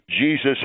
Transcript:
Jesus